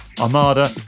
Armada